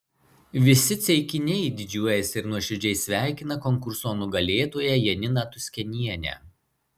visi ceikiniai didžiuojasi ir nuoširdžiai sveikina konkurso nugalėtoją janiną tuskenienę